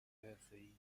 حرفهای